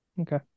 okay